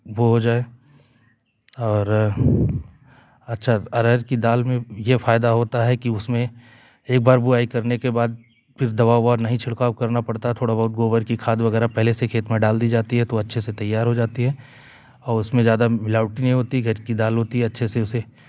वो हो जाए और अच्छा अरहर की दाल में ये फायदा होता है कि उसमें एक बार बुआई करने के बाद फिर दवा ववा नहीं छिड़काव करना पड़ता है थोड़ा बहुत गोबर की खाद वगैरह पहले से खेत में डाल दी जाती है तो अच्छे से तैयार हो जाती है और उसमें ज्यादा मिलावटी नहीं होती घर की दाल होती है अच्छे से उसे